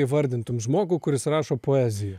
įvardintum žmogų kuris rašo poeziją